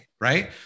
Right